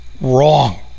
wrong